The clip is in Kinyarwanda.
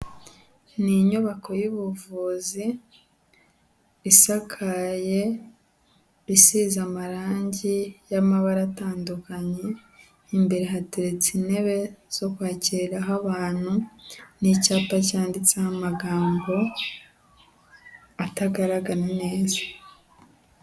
Ni inyubako y'ubuvuzi, isakaye, isize amarangi y'amabara atandukanye imbere hateretse intebe zo kwakiraho abantu ni icyapa cyanditseho amagambo atagaragara neza.